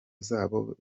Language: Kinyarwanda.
zabo